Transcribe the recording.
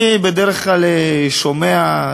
אני בדרך כלל שומע,